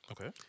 Okay